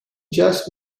just